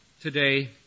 today